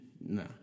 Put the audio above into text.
no